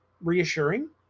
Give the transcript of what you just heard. reassuring